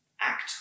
act